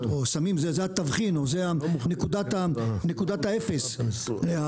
או שמים או זה התבחין או זו נקודת האפס האולטימטיבית,